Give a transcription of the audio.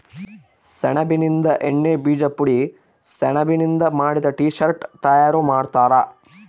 ಸೆಣಬಿನಿಂದ ಎಣ್ಣೆ ಬೀಜ ಪುಡಿ ಸೆಣಬಿನಿಂದ ಮಾಡಿದ ಟೀ ಶರ್ಟ್ ತಯಾರು ಮಾಡ್ತಾರ